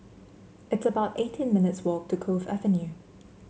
it's about eighteen minutes' walk to Cove Avenue